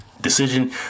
decision